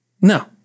No